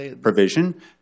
provision